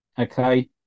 okay